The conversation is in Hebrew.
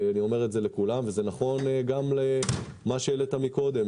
אני אומר את זה לכולם וזה נכון גם למה שהעלית קודם,